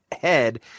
head